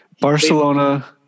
Barcelona